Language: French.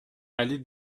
allée